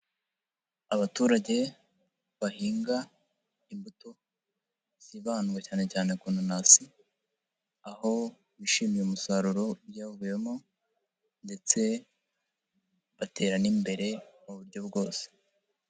Abaturage bahinga imbuto zibandwa cyane cyane ku nanasi, aho bishimiye umusaruro w'ibyavuyemo ndetse batera n'imbere mu buryo bwose.